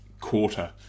quarter